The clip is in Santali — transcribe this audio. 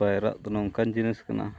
ᱯᱟᱭᱨᱟᱜ ᱫᱚ ᱱᱚᱝᱠᱟᱱ ᱡᱤᱱᱤᱥ ᱠᱟᱱᱟ